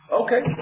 Okay